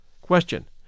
Question